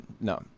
No